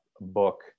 book